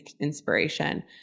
inspiration